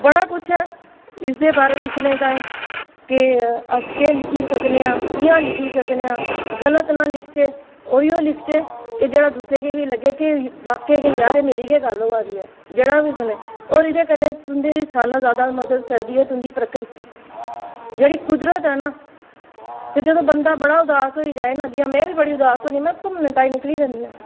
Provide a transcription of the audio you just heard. बड़ा कुछ ऐ इसदे बारै च लिखने ताहीं केह् अस केह् लिखी सकने आं कि'यां लिखी सकने आं गलत ना लिखचै ओही लिखचै कि जेह्का कुसै गी बी लग्गे कि वाकई यार मेरी गै गल्ल होआ दी ऐ जेह्ड़ा बी सुनै ते एह्दे लेई तुं'दी ज्यादा कोला ज्यादा मदद करदी ऐ तुं'दी प्रकृति जेह्ड़ी कुदरत ऐ ना ते जेल्लै बंदा बड़ा उदास होई जाए ना जि'यां में बी बड़ी उदास होन्नी ते घुम्मने ताहीं निकली जन्नी आं